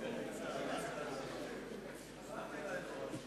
רבותי חברי הכנסת, הודעה למזכיר הכנסת.